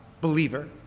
believer